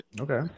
Okay